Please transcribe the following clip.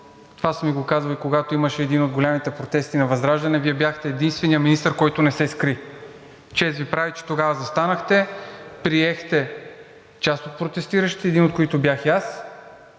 Това сме Ви го казвали, когато имаше един от големите протести на ВЪЗРАЖДАНЕ, Вие бяхте единственият министър, който не се скри. Чест Ви прави, че тогава застанахте, приехте част от протестиращите, един от които бях и аз,